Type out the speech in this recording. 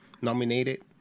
nominated